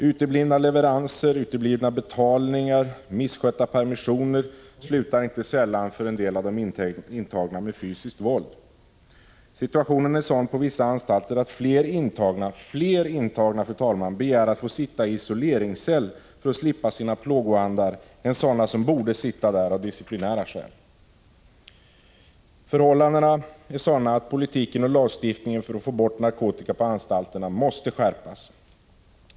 Uteblivna leveranser, uteblivna betalningar och misskötta permissioner slutar inte sällan för en del av de intagna med fysiskt våld. Situationen är sådan på vissa anstalter att fler intagna, fru talman, begär att få sitta i isoleringscell för att slippa sina plågoandar än sådana som borde sitta där av disciplinära skäl. Förhållandena är sådana att politiken och lagstiftningen för att få bort narkotikan på anstalterna måste skärpas.